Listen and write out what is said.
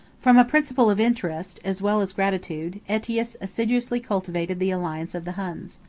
from a principle of interest, as well as gratitude, aetius assiduously cultivated the alliance of the huns.